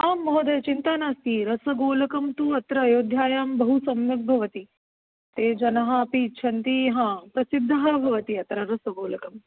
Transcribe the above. आं महोदय चिन्ता नास्ति रसगोलकं तु अत्र अयोध्यायां बहु सम्यग्भवति ते जनाः अपि इच्छन्ति हा प्रसिद्धं भवति अत्र रसगोलकं